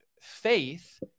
faith